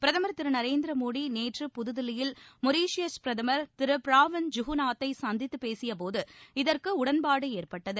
பிரதமர் திரு நரேந்திர மோடி நேற்று புதுதில்லியில் மொரீஷியஸ் பிரதமர் திரு பிராவிந்த் ஜூகுநாத்தை சந்தித்து பேசியபோது இதற்கான உடன்பாடு ஏற்பட்டது